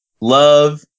love